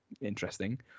interesting